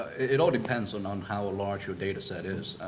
it all depends on on how large your data set is.